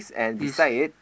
yes